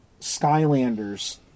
Skylanders